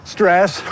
Stress